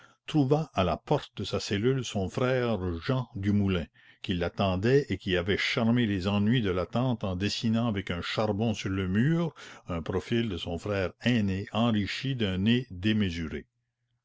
trouva à la porte de sa cellule son frère jehan du moulin qui l'attendait et qui avait charmé les ennuis de l'attente en dessinant avec un charbon sur le mur un profil de son frère aîné enrichi d'un nez démesuré